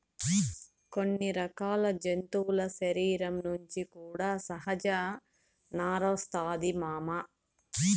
కొన్ని రకాల జంతువుల శరీరం నుంచి కూడా సహజ నారొస్తాది మామ